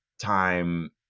time